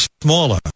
smaller